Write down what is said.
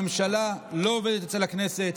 הממשלה לא עובדת אצל הכנסת.